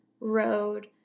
road